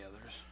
others